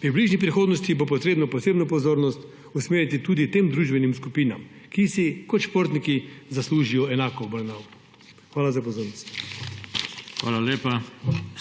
V bližnji prihodnosti bo treba posebno pozornost usmeriti tudi tem družbenim skupinam, ki si, tako kot športniki, zaslužijo enako obravnavo. Hvala za pozornost. PODPREDSEDNIK JOŽE TANKO: Hvala lepa.